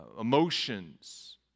emotions